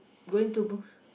going to